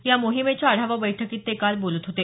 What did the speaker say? या मोहिमेच्या आढावा बैठकीत ते काल बोलत होते